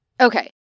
Okay